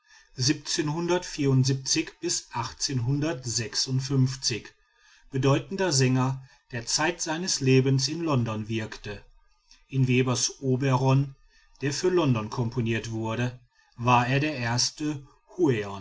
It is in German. bedeutender sänger der zeit seines lebens in london wirkte in webers oberon der für london komponiert wurde war er der erste